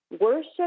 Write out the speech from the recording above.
Worship